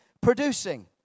producing